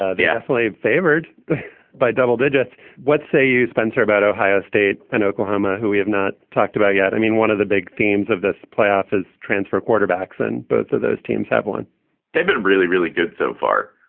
ah the athlete favored by double digits. what say you, spencer, about ohio state and oklahoma, who we have not talked about yet? i mean, one of the big themes of this playoff is transfer quarterbacks and both of those teams have won they've been really, really good so far.